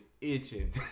itching